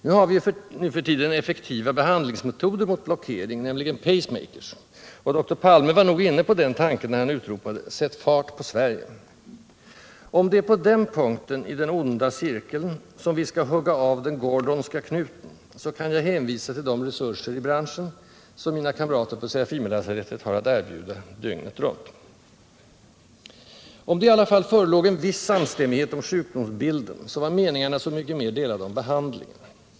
Nu har vi ju nu för tiden effektiva behandlingsmetoder mot blockering, nämligen pacemakers, och doktor Palme var nog inne på den tanken när han utropade: Sätt fart på Sverige! Om det är på den punkten i den onda cirkeln som vi skall hugga av den ”gordonska” knuten, så kan jag hänvisa till de resurser i branschen, som mina kamrater på Serafimerlasarettet har att erbjuda, dygnet runt. Om det i alla fall förelåg en viss samstämmighet om sjukdomsbilden, så var meningarna så mycket mer delade om behandlingen.